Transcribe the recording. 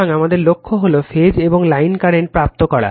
সুতরাং আমাদের লক্ষ্য হল ফেজ এবং লাইন কারেন্ট প্রাপ্ত করা